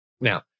Now